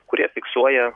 kurie fiksuoja